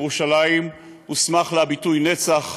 לירושלים הוסמך הביטוי "נצח"